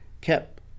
kept